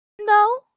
no